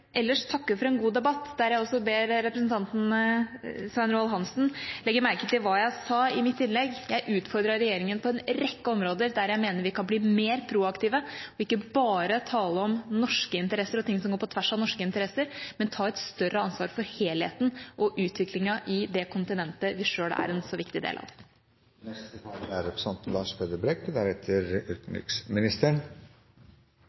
ellers takke for en god debatt, der jeg også ber representanten Svein Roald Hansen legge merke til hva jeg sa i mitt innlegg: Jeg utfordret regjeringa på en rekke områder der jeg mener vi kan bli mer proaktive – ikke bare tale om norske interesser og ting som går på tvers av norske interesser, men ta et større ansvar for helheten og utviklingen i det kontinentet vi selv er en så viktig del av.